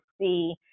see